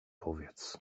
powiedz